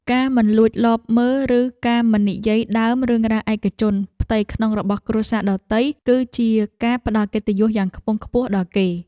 ការមិនលួចលបមើលឬការមិននិយាយដើមរឿងរ៉ាវឯកជនផ្ទៃក្នុងរបស់គ្រួសារដទៃ គឺជាការផ្តល់កិត្តិយសយ៉ាងខ្ពង់ខ្ពស់ដល់គេ។